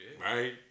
Right